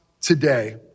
today